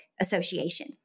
association